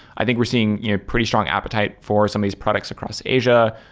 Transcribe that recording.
i think we're seeing your pretty strong appetite for some these products across asia,